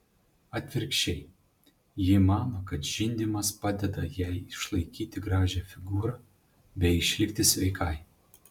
atvirkščiai ji mano kad žindymas padeda jai išlaikyti gražią figūrą bei išlikti sveikai